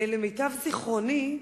למיטב זיכרוני,